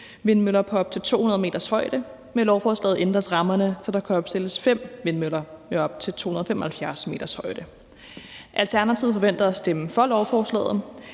prototypevindmøller på op til 200 meters højde. Med lovforslaget ændres rammerne, så der kan opstilles fem vindmøller med op til 275 meters højde. Alternativet forventer at stemme for lovforslaget.